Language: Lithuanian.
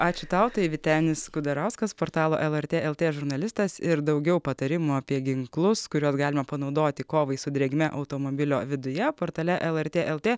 ačiū tau tai vytenis kudarauskas portalo el er tė el tė žurnalistas ir daugiau patarimų apie ginklus kuriuos galima panaudoti kovai su drėgme automobilio viduje portale el er tė el tė